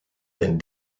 denn